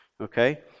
Okay